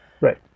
Right